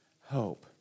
hope